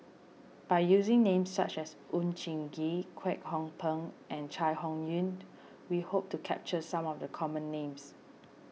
by using names such as Oon Jin Gee Kwek Hong Png and Chai Hon Yoong we hope to capture some of the common names